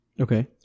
Okay